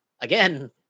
again